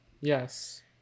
yes